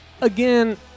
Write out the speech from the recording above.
Again